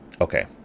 Okay